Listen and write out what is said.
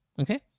Okay